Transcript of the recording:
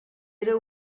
era